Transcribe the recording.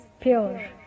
pure